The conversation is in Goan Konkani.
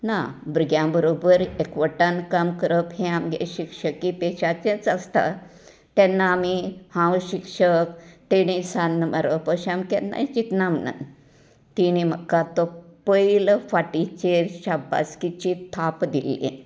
ना भुरग्यां बरोबर एकवटान काम करप हे आमगे शिक्षकी पेशाचेच आसता तेन्ना आमी हांव शिक्षक तेणी सान्न मारप अशें आमी केन्नाय चिंतना म्हणन तिणें म्हाका तो पयलो फाटीचेर शाबासकेची थाप दिल्ली